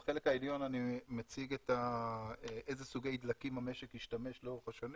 בחלק העליון אני מציג איזה סוגי דלקים המשק השתמש לאורך השנים,